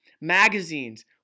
Magazines